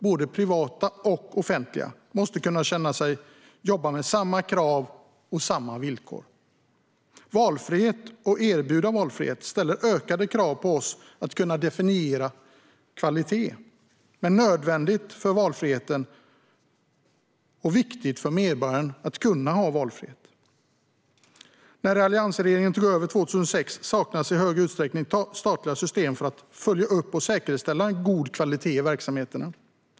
Både privata och offentliga aktörer måste jobba med samma krav och samma villkor. Med valfrihet och genom att erbjuda valfrihet ställs ökade krav på oss att definiera kvalitet. Men det är nödvändigt för valfrihetens skull, och det är viktigt för medborgaren att ha valfrihet. När alliansregeringen tog över 2006 saknades i hög utsträckning statliga system för att följa upp och säkerställa god kvalitet i verksamheterna.